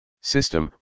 System